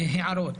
הערות: